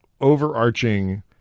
overarching